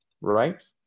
right